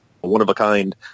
one-of-a-kind